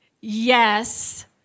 yes